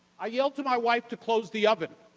i yelled to my wife to close the oven.